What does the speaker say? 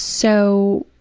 so,